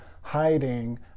hiding